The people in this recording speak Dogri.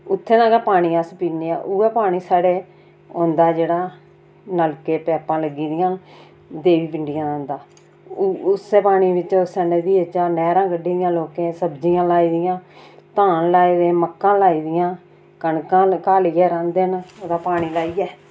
उत्थै दा गै पानी अस पीन्ने आं उ'ऐ पानी साढ़े औंदा जेह्ड़ा नलके पैपां लग्गी दियां न देवी पिण्डियां दा औंदा उ उस्सै पानी बिच बिच नैह्रां कड्ढी दियां लोकें सब्जियां लाई दियां धान लाए दे मक्कां लाई दियां कनकां का लेइयै रांह्दे न उ'दा पानी लाइयै